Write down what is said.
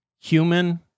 human